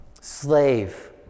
slave